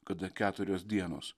kada keturios dienos